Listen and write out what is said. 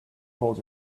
told